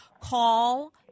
call